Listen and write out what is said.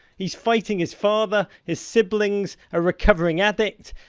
he's fighting his father, his siblings, a recovering addict,